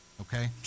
okay